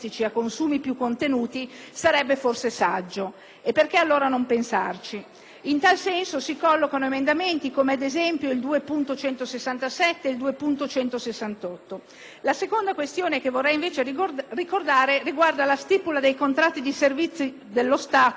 Perché allora non pensarci? In tal senso si collocano, ad esempio, alcuni emendamenti come il 2.167 e il 2.168. La seconda questione che vorrei ricordare riguarda la stipula dei contratti di servizio dello Stato e delle Regioni a Statuto ordinario con Trenitalia Spa